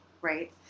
right